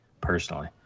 personally